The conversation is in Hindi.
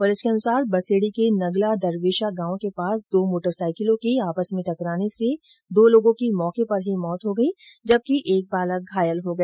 पुलिस के अनुसार बसेड़ी के नगला दरवेशा गांव के पास दो मोटरसाइकिलों के आपस में टक्राने से दो लोगों केी मौके पर ही मौत हो गई जबकि एक बालक घायल हो गया